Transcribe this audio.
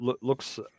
looks